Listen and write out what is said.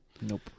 nope